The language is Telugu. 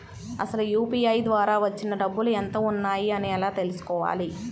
అసలు యూ.పీ.ఐ ద్వార వచ్చిన డబ్బులు ఎంత వున్నాయి అని ఎలా తెలుసుకోవాలి?